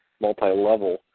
multi-level